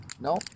no